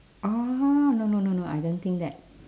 orh no no no no I don't think that